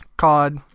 COD